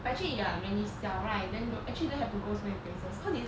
but actually you are when 你小 right then don't actually don't have to go many places cause it's